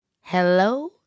Hello